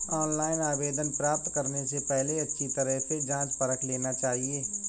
online आवेदन प्राप्त करने से पहले अच्छी तरह से जांच परख लेना चाहिए